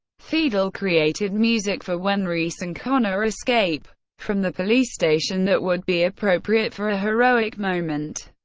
fiedel created music for when reese and connor escape from the police station that would be appropriate for a heroic moment.